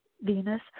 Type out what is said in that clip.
Venus